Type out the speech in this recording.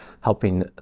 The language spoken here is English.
helping